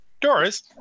Doris